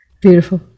Beautiful